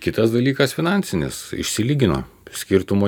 kitas dalykas finansinis išsilygino skirtumo